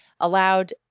allowed